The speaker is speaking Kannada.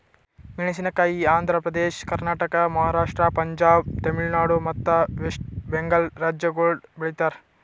ಮೇಣಸಿನಕಾಯಿ ಆಂಧ್ರ ಪ್ರದೇಶ, ಕರ್ನಾಟಕ, ಮಹಾರಾಷ್ಟ್ರ, ಪಂಜಾಬ್, ತಮಿಳುನಾಡು ಮತ್ತ ವೆಸ್ಟ್ ಬೆಂಗಾಲ್ ರಾಜ್ಯಗೊಳ್ದಾಗ್ ಬೆಳಿತಾರ್